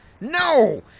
No